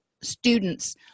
students